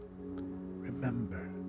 remember